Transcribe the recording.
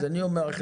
אז אני אומר לך,